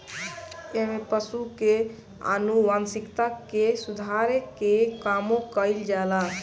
एमे पशु के आनुवांशिकता के सुधार के कामो कईल जाला